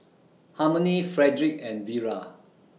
Harmony Frederick and Vira